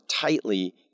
tightly